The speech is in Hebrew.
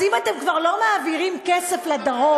אז אם אתם כבר לא מעבירים כסף לדרום,